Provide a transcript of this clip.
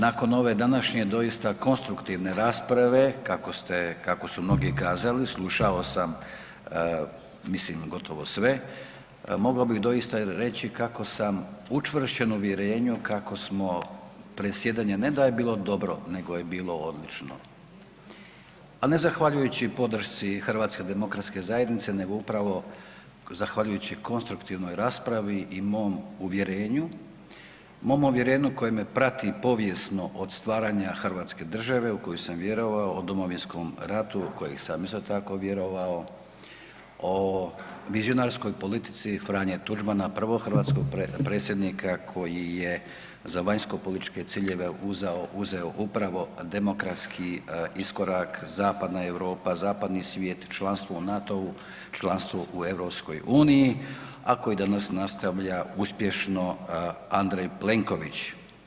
Nakon ove današnje doista konstruktivne rasprave, kako ste, kako su mnogi kazali, slušao sam, mislim gotovo sve, mogao bih doista reći kako sam učvršćen u uvjerenju kako smo predsjedanje ne da je bilo dobro nego je bilo odlično, al ne zahvaljujući podršci HDZ-a nego upravo zahvaljujući konstruktivnoj raspravi i mom uvjerenju, mom uvjerenju koje me prati povijesno od stvaranja hrvatske države u koju sam vjerovao o Domovinskom ratu u kojeg sam isto tako vjerovao, o vizionarskoj politici Franje Tuđmana, prvog hrvatskog predsjednika koji je za vanjsko političke ciljeve uzeo upravo demokratski iskorak, zapadna Europa, zapadni svijet, članstvo u NATO-u, članstvo u EU, a koji danas nastavlja uspješno Andrej Plenković.